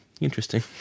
Interesting